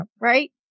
Right